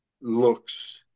looks